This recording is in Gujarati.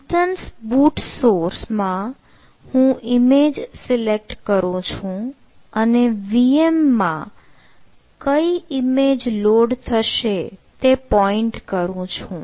ઇન્સ્ટન્સ બુટ સોર્સ માં હું ઇમેજ સિલેક્ટ કરું છું અને VM માં કઈ ઇમેજ લોડ થશે તે પોઇન્ટ કરું છું